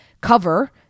cover